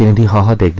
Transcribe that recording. and da da da